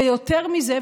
ויותר מזה,